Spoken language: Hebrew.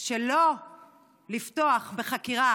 שלא לפתוח בחקירה